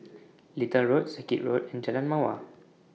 Little Road Circuit Road and Jalan Mawar